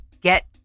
Get